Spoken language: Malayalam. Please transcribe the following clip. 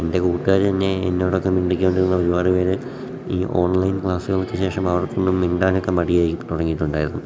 എൻ്റെ കൂട്ടുകാർ തന്നെ എന്നോടൊക്കെ മിണ്ടി കൊണ്ടിരുന്ന ഒരുപാട് പേര് ഈ ഓൺലൈൻ ക്ലാസ്സുകൾക്ക് ശേഷം അവർക്കൊന്നും മിണ്ടാനൊക്കെ മടിയായി തുടങ്ങിയിട്ടുണ്ടായിരുന്നു